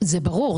זה ברור.